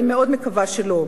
אני מאוד מקווה שלא.